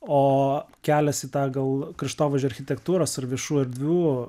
o kelias į tą gal kraštovaizdžio architektūros ir viešų erdvių